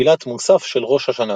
בתפילת מוסף של ראש השנה.